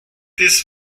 this